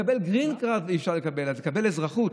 לקבל גרין קארד אי-אפשר, אז לקבל אזרחות?